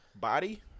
body